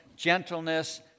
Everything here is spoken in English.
gentleness